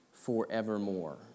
forevermore